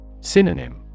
Synonym